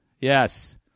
Yes